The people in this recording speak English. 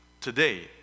today